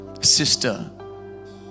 sister